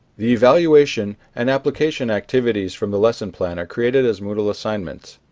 the evaluation and application activities from the lesson plan are created as moodle assignments.